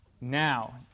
Now